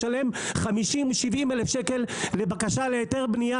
לשלם 50,000-70,000 ₪ לבקשה להיתר בנייה,